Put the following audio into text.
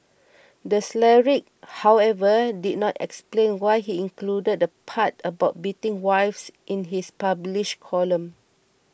the cleric however did not explain why he included the part about beating wives in his published column